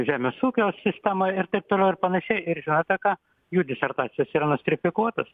žemės ūkio sistemoj ir taip toliau ir panašiai ir žinote ką jų disertacijos ir nostrifikuotos